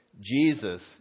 Jesus